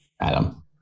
Adam